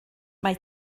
mae